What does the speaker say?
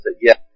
yes